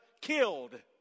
killed